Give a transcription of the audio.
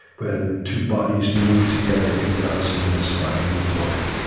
when two bodies move together in dancing and smiling and talking